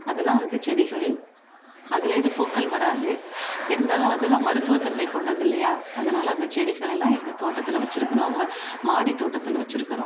அதலாம் வந்து செடிகள் அதுலேருந்து பூக்கள் வராது இருந்தாலும் அதலாம் மருத்துவத்தன்மை கொண்டது இல்லையா அதனால் அந்த செடிகளை எல்லாம் எங்கள் தோட்டத்தில் வச்சிருக்கிறோம் ம மாடி தோட்டத்தில் வச்சிருக்கிறோம்